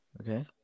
Okay